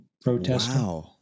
protesting